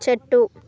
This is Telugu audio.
చెట్టు